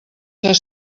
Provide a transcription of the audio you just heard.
ser